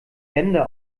wände